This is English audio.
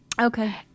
Okay